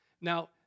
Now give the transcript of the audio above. Now